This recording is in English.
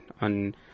on